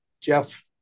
Jeff